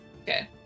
Okay